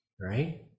Right